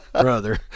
brother